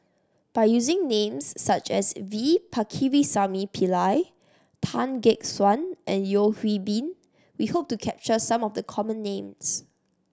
by using names such as V Pakirisamy Pillai Tan Gek Suan and Yeo Hwee Bin we hope to capture some of the common names